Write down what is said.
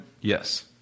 yes